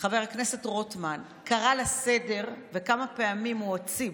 חבר הכנסת רוטמן קרא לסדר וכמה פעמים הוא הוציא,